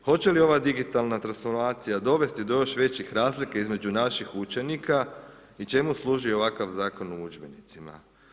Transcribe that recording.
Hoće li ova digitalna transformacija dovesti do još većih razlika između naših učenika i čemu služi ovakav Zakon o udžbenicima?